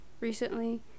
recently